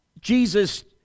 Jesus